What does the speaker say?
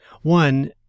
One